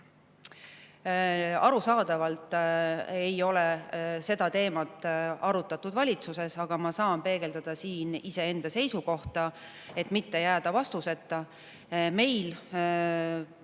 Arusaadavalt ei ole seda teemat valitsuses arutatud, aga ma saan peegeldada siin iseenda seisukohta, et mitte jääda vastuseta. Meil